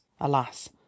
alas